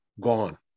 gone